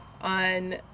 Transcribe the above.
on